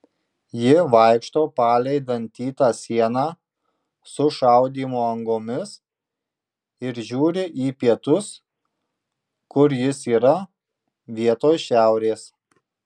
ji vaikšto palei dantytą sieną su šaudymo angomis ir žiūri į pietus kur jis yra vietoj šiaurės